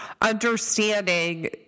understanding